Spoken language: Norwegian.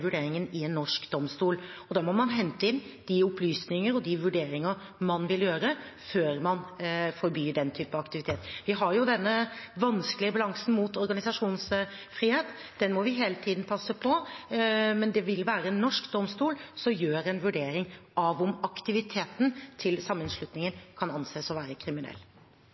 vurderingen i en norsk domstol. Da må man hente inn de opplysninger og de vurderinger man vil gjøre, før man forbyr den typen aktivitet. Vi har denne vanskelige balansen mot organisasjonsfrihet som vi hele tiden må passe på, men det vil være en norsk domstol som gjør en vurdering av om aktiviteten til sammenslutningen kan anses å være kriminell.